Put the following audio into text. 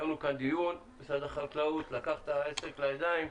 משרד החקלאות לקח את הנושא לידיו,